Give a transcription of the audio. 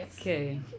okay